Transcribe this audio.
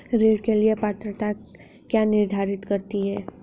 ऋण के लिए पात्रता क्या निर्धारित करती है?